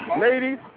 ladies